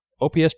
OPS